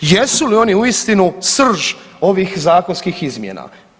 Jesu li oni uistinu srž ovih zakonskih izmjena?